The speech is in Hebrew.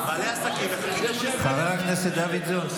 חבר הכנסת דוידסון,